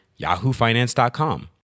yahoofinance.com